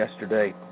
yesterday